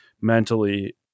mentally